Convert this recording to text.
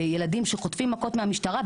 ילדים שחוטפים מכות מהמשטרה,